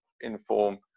inform